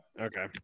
Okay